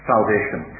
Salvation